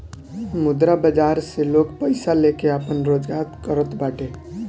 मुद्रा बाजार बाजार से लोग पईसा लेके आपन रोजगार करत बाटे